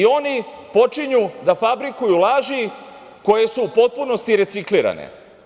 Oni počinju da fabrikuju laži koje su u potpunosti reciklirane.